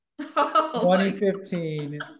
2015